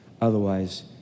Otherwise